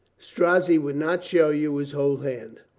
strozzi would not show you his whole hand,